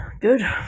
good